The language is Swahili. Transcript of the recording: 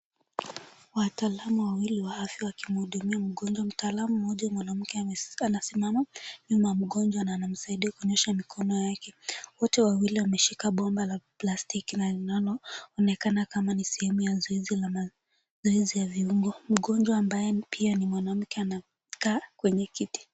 Wataalam wawili wa afya wakimhudumia mgonjwa. Mtaalam mmoja mwanamke anasimama nyuma ya mgonjwa na anamsaidia kunyosha mikono yake. Wote wawili wameshika bomba la plastiki na inaonekana kama sehemu ya zoezi la mazoezi ya viungo. Mgonjwa ambaye pia ni mwanamke anakaa kwenye kiti.